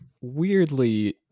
weirdly